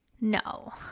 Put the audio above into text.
No